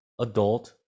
adult